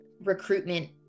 recruitment